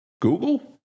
Google